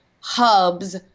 hubs